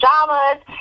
pajamas